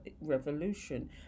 revolution